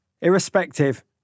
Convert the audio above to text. Irrespective